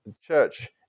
church